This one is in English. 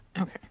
okay